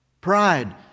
Pride